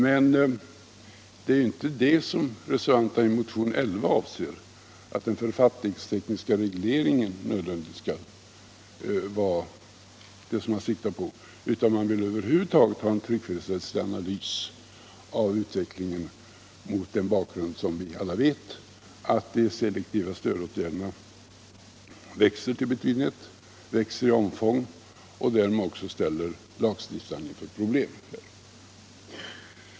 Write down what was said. Men reservanterna i reservationen 11 menar inte att man nödvändigtvis skall sikta på den författningstekniska regleringen; de vill över huvud taget ha en tryckfrihetsrättslig analys av utvecklingen mot den bakgrund som vi alla känner till, att de selektiva stödåtgärderna växer i omfång och därmed ställer lagstiftarna inför problem.